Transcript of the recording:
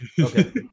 Okay